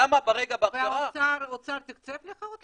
כמה כרגע בהכשרה --- והאוצר תקצב לך אותם?